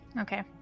Okay